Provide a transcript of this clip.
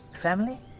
family?